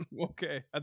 okay